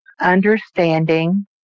understanding